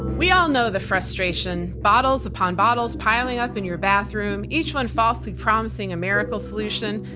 we all know the frustration bottles upon bottles piling up in your bathroom, each one falsely promising a miracle solution.